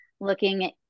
looking